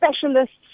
specialists